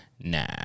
nah